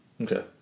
okay